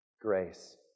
Grace